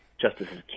Justices